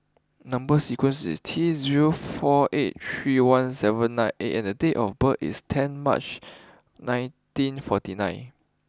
number sequence is T zero four eight three one seven nine A and date of birth is ten March nineteen forty nine